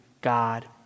God